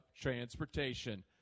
transportation